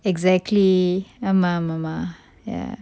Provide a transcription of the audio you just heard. exactly ஆமா ஆமா மா:aama aama maae ya